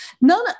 none –